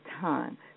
time